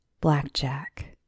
Blackjack